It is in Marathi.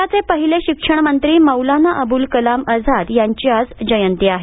देशाचे पहिले शिक्षणमंत्री मौलाना अबुल कलम आझाद यांची आज जयंती आहे